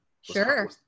Sure